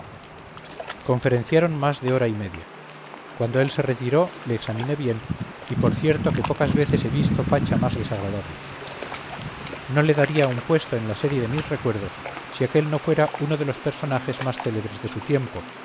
descrita conferenciaron más de hora y media cuando él se retiró le examiné bien y por cierto que pocas veces he visto facha más desagradable no le daría un puesto en la serie de mis recuerdos si aquel no fuera uno de los personajes más célebres de su tiempo